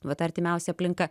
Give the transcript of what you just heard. va ta artimiausia aplinka